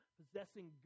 possessing